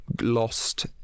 lost